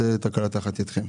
תצא תקלה תחת ידכם.